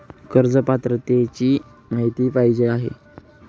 कर्ज पात्रतेची माहिती पाहिजे आहे?